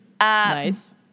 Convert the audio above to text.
Nice